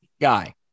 guy